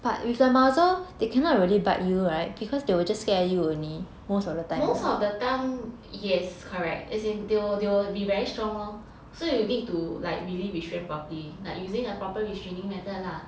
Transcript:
most of the time yes correct as in they will they will be very strong lor so you need to like really restrain property like using a proper restraining method lah